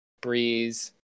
Breeze